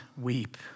weep